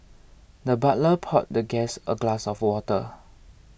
the butler poured the guest a glass of water